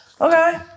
Okay